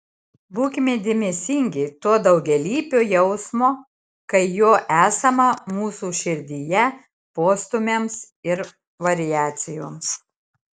būkime dėmesingi to daugialypio jausmo kai jo esama mūsų širdyje postūmiams ir variacijoms